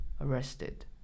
arrested